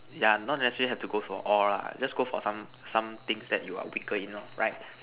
yeah not necessarily have to go for all lah just got for some some things that you're weaker in lor right